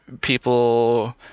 people